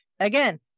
Again